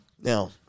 Now